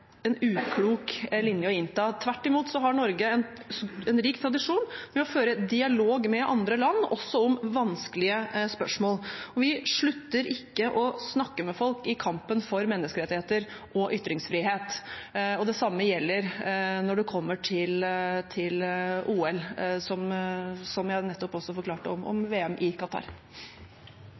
en uklok linje å innta. Tvert imot har Norge en rik tradisjon for å føre dialog med andre land, også om vanskelige spørsmål. Vi slutter ikke å snakke med folk i kampen for menneskerettigheter og ytringsfrihet. Det samme som jeg nettopp forklarte om VM i Qatar, gjelder også OL. Vi går videre til